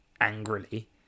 angrily